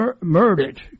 murdered